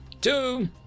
Two